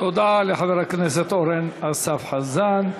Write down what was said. תודה לחבר הכנסת אורן אסף חזן.